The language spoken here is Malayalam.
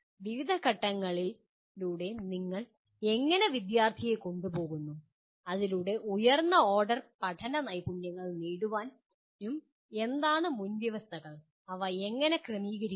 വിവിധ ഘട്ടങ്ങളിലൂടെ നിങ്ങൾ എങ്ങനെ വിദ്യാർത്ഥിയെ കൊണ്ടുപോകുന്നു അതിലൂടെ ഉയർന്ന ഓർഡർ പഠന നൈപുണ്യങ്ങൾ നേടാനും എന്താണ് മുൻവ്യവസ്ഥകൾ അവ എങ്ങനെ ക്രമീകരിക്കുന്നു